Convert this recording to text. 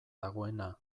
dagoena